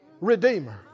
Redeemer